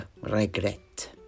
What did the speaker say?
regret